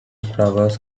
flowers